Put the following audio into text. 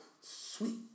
sweet